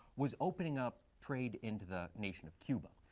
was opening up trade into the nation of cuba.